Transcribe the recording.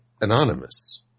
anonymous